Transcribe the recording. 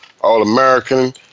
all-American